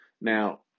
now